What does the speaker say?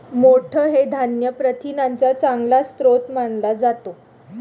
मोठ हे धान्य प्रथिनांचा चांगला स्रोत मानला जातो